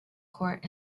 court